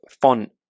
font